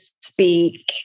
speak